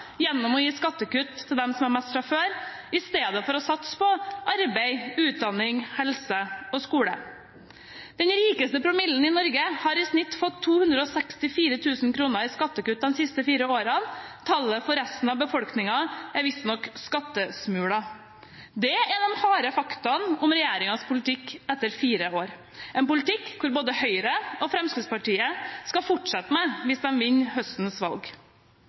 gjennom å gi skattekutt til dem som har mest fra før, i stedet for å satse på arbeid, utdanning, helse og skole. Den rikeste promillen i Norge har i snitt fått 264 000 kr i skattekutt de siste fire årene. Tallet for resten av befolkningen er visstnok skattesmuler. Det er de harde fakta om regjeringens politikk etter fire år – en politikk som både Høyre og Fremskrittspartiet skal fortsette med hvis de vinner høstens valg.